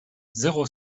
zéro